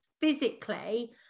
physically